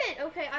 Okay